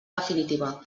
definitiva